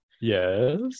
Yes